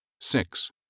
Six